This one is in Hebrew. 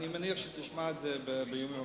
אני מניח שתשמע בימים הקרובים.